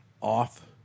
off